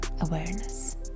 awareness